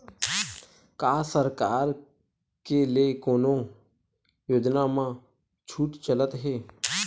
का सरकार के ले कोनो योजना म छुट चलत हे?